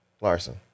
Larson